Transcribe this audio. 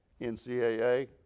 NCAA